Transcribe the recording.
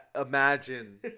imagine